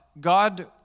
God